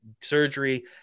surgery